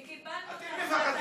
אתם מפחדים.